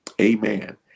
Amen